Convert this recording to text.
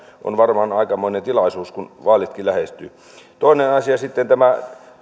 on varmaan aikamoinen tilaus kun vaalitkin lähestyvät toinen asia sitten tämä